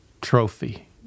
trophy